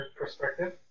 perspective